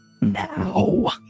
Now